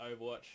Overwatch